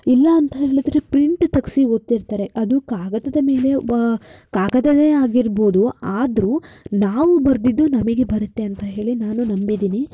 ಇಲ್ಲ ಅಂತ ಹೇಳಿದ್ರೆ ಪ್ರಿಂಟ್ ತೆಗೆಸಿ ಓದ್ತಿರ್ತಾರೆ ಅದು ಕಾಗದದ ಮೇಲೆ ವ ಕಾಗದವೇ ಆಗಿರ್ಬೌದು ಆದ್ರೂ ನಾವು ಬರೆದಿದ್ದು ನಮಗೆ ಬರುತ್ತೆ ಅಂತ ಹೇಳಿ ನಾನು ನಂಬಿದ್ದೀನಿ